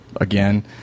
again